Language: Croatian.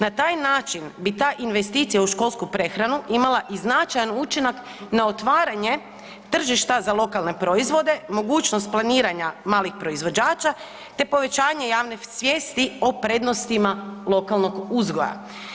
Na taj način bi ta investicija uz školsku prehranu imala i značajan učinak na otvaranje tržišta za lokalne proizvode, mogućnost planiranja malih proizvođača, te povećanje javne svijesti o prednostima lokalnog uzgoja.